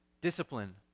discipline